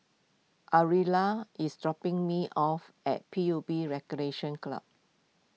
Ariella is dropping me off at P U B Recreation Club